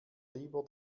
lieber